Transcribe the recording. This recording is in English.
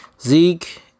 Zeke